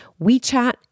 WeChat